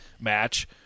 match